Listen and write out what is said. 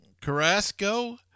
Carrasco